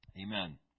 Amen